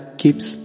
keeps